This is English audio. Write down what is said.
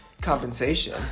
compensation